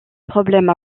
problème